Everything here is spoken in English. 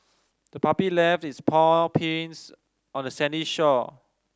the puppy left its paw prints on the sandy shore